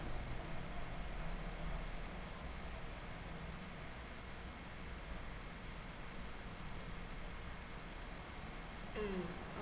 mm